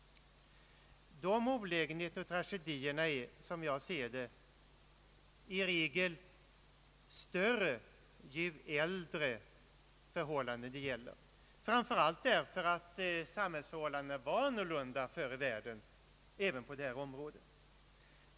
Olägenheterna är, som jag ser det, i sådana fall i regel större ju äldre förhållanden det gäller, framför allt därför att samhällsförhållandena var annorlunda förr i världen även på det här området.